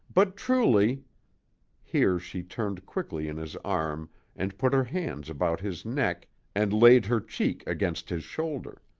but truly here she turned quickly in his arm and put her hands about his neck and laid her cheek against his shoulder